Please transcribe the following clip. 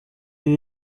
ibi